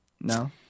No